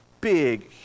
big